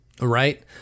Right